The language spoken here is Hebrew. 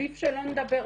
עדיף שלא נדבר,